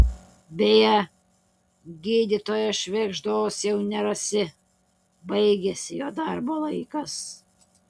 beje gydytojo švėgždos jau nerasi baigėsi jo darbo laikas